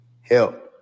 Help